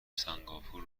سنگاپور